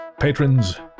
Patrons